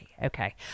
Okay